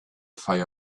fire